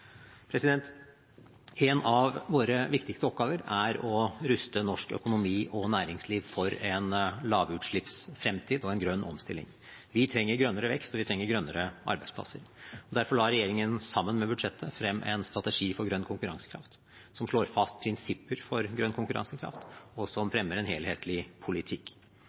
En av våre viktigste oppgaver er å ruste norsk økonomi og næringsliv for en lavutslippsfremtid og en grønn omstilling. Vi trenger grønnere vekst, og vi trenger grønnere arbeidsplasser. Derfor la regjeringen sammen med budsjettet frem en strategi for grønn konkurransekraft som slår fast prinsipper for grønn konkurransekraft, og som fremmer en helhetlig politikk.